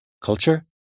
Culture